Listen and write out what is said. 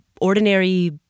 ordinary